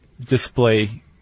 display